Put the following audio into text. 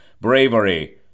Bravery